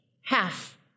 half